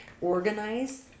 organize